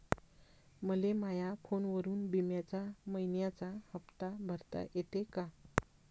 मले माया फोनवरून बिम्याचा मइन्याचा हप्ता भरता येते का?